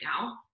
now